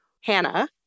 Hannah